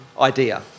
idea